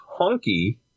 honky